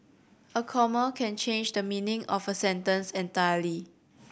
a comma can change the meaning of a sentence entirely